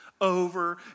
over